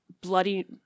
bloody